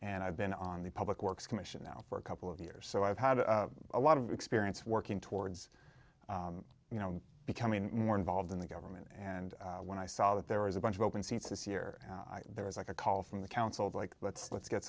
and i've been on the public works commission now for a couple of years so i've had a lot of experience working towards you know becoming more involved in the government and when i saw that there was a bunch of open seats this year there was like a call from the council of like let's let's get